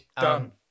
Done